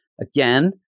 Again